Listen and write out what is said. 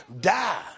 die